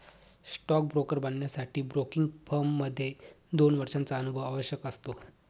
stock broker बनण्यासाठी broking firm मध्ये दोन वर्षांचा अनुभव आवश्यक असतो